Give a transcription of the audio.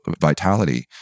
vitality